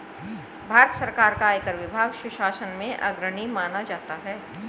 भारत सरकार का आयकर विभाग सुशासन में अग्रणी माना जाता है